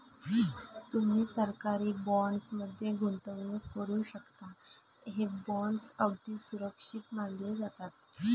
तुम्ही सरकारी बॉण्ड्स मध्ये गुंतवणूक करू शकता, हे बॉण्ड्स अगदी सुरक्षित मानले जातात